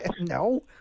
No